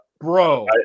Bro